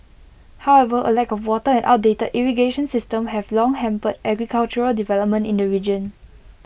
however A lack of water and outdated irrigation systems have long hampered agricultural development in the region